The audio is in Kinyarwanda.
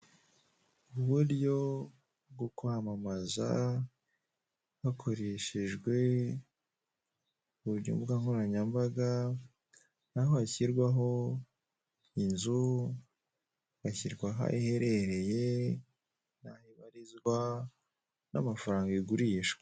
Uburyo bwo kwamamaza hakoreshejwe imbuga nkoranyambaga naho hashyirwaho inzu hashyirwaho aho iherereye naho ibarizwa n'amafaranga igurishwa.